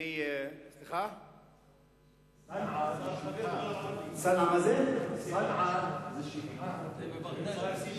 סאנע זה שפחה, אגב, בערבית.